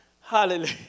Hallelujah